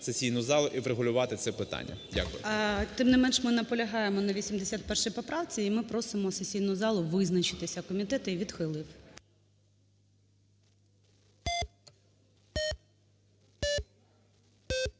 сесійну залу і врегулювати це питання. Дякую. ГОЛОВУЮЧИЙ. Тим не менше, ми наполягаємо на 81 поправці і ми просимо сесійну залу визначитися. Комітет її відхилив.